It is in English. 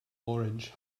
orange